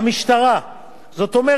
המשטרה סיימה לפני זה,